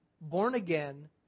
born-again